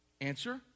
Answer